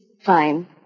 Fine